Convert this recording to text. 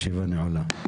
הישיבה נעולה.